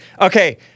Okay